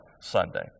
Sunday